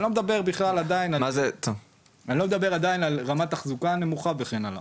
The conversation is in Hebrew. אני לא מדבר פה בכלל על רמת תחזוקה נמוכה וכן הלאה.